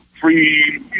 free